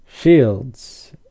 shields